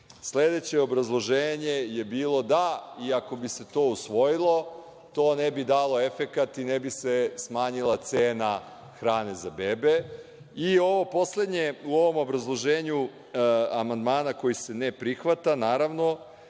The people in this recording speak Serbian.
Sledeće obrazloženje je bilo da i ako bi se to usvojilo, to ne bi dalo efekat i ne bi se smanjila cena hrane za bebe. Poslednje u ovom obrazloženju amandmana koji se ne prihvata, naravno,